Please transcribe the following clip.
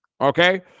Okay